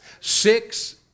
Six